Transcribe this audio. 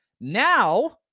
Now